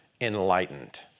enlightened